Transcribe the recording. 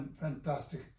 fantastic